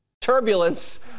Turbulence